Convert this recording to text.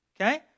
okay